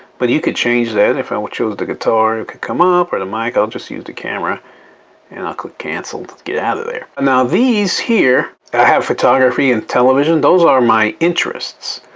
but you could change that. if i chose the guitar it could come up or the mic. i'll just use the camera and i'll click cancel to get out of there. now, these here, i have photography and television. those are my interests.